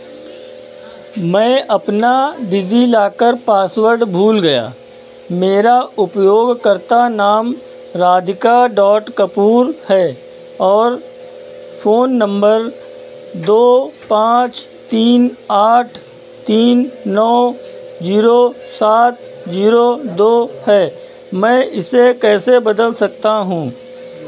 मैं अपना DigiLocker password भूल गया मेरा उपयोगकर्ता नाम राधिका डौट कपूर है और फोन नंबर दो पाँच तीन आठ तीन नौ जीरो सात जीरो दो है मैं इसे कैसे बदल सकता हूँ